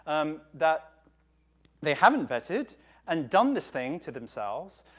um that they haven't vetted and done this thing to themselves,